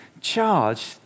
charge